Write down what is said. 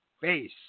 face